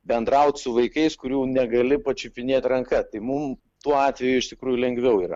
bendraut su vaikais kurių negali pačiupinėt ranka tai mum tuo atveju iš tikrųjų lengviau yra